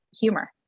humor